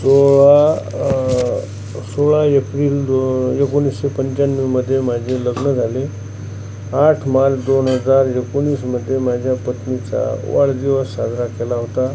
सोळा सोळा एप्रिल दो एकोणिसशे पंच्याण्णवमध्ये माझे लग्न झाले आठ मार्च दोन हजार एकोणीसमध्ये माझ्या पत्नीचा वाढदिवस साजरा केला होता